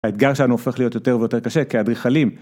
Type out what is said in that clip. האתגר שלנו הופך להיות יותר ויותר קשה כאדריכלים.